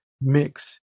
mix